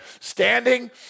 standing